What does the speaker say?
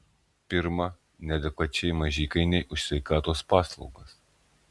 pirma neadekvačiai maži įkainiai už sveikatos paslaugas